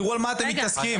תראו במה אתם מתעסקים.